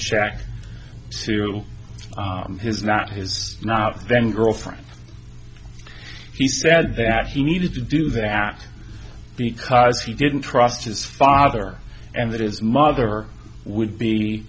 check sue his not his not then girlfriend he said that he needed to do that because he didn't trust his father and that is mother would be